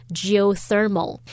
,geothermal 。